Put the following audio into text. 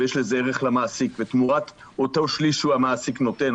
ויש לזה ערך למעסיק תמורת אותו שליש שהמעסיק נותן,